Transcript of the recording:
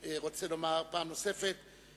הצעת חוק לתיקון פקודת הקרקעות (רכישה לצורכי ציבור)